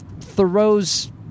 Thoreau's